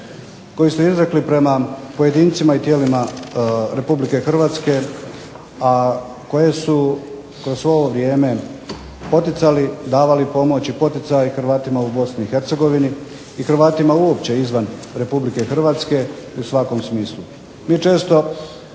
koju ste izrekli prema pojedincima i tijelima Republike Hrvatske a koje su u ovo vrijeme poticali, davali pomoć i poticaje Hrvatima u Bosni i Hercegovini i Hrvatima uopće izvan Republike Hrvatske u svakom smislu.